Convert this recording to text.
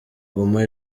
guma